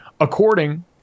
according